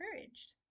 encouraged